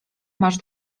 masz